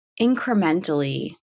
incrementally